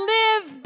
live